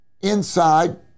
inside